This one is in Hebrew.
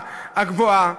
מהשכבה הגבוהה,